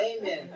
Amen